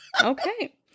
Okay